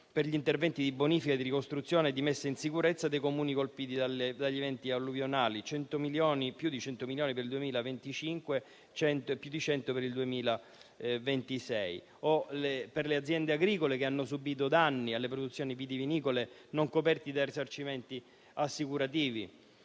per gli interventi di bonifica, di ricostruzione e di messa in sicurezza dei Comuni colpiti dagli eventi alluvionali: più di 100 milioni per il 2025 e più di 100 per il 2026. Ci sono, inoltre, interventi per le aziende agricole che hanno subito danni alle produzioni vitivinicole non coperti da risarcimenti assicurativi;